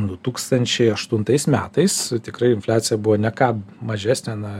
du tūkstančiai aštuntais metais tikrai infliacija buvo ne ką mažesnė na